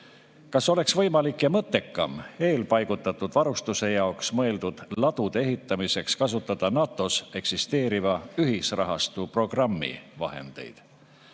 Kas oleks võimalik ja mõttekam eelpaigutatud varustuse jaoks mõeldud ladude ehitamiseks kasutada NATO‑s eksisteeriva ühisrahastu programmi vahendeid?